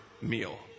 meal